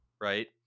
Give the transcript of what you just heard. right